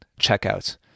checkout